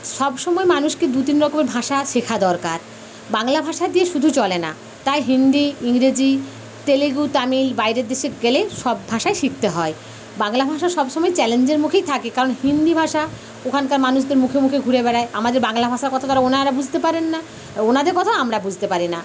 সবসময় মানুষকে দু তিনরকমের ভাষা শেখা দরকার বাংলা ভাষা দিয়ে শুধু চলে না তাই হিন্দি ইংরেজি তেলেগু তামিল বাইরের দেশে গেলে সব ভাষাই শিখতে হয় বাংলা ভাষা সবসময় চ্যালেঞ্জের মুখেই থাকে কারণ হিন্দি ভাষা ওখানকার মানুষদের মুখে মুখে ঘুরে বেড়ায় আমাদের বাংলা ভাষার কথাটা ওঁরা বুঝতে পারেন না আর ওঁদের কথাও আমরা বুঝতে পারি না